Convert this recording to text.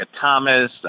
Thomas